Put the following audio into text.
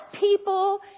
people